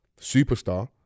superstar